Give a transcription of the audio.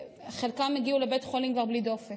חלקם הגיעו לבית החולים כבר בלי דופק.